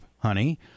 Honey